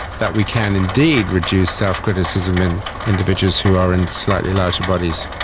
that we can indeed reduce self-criticism in individuals who are in slightly larger bodies,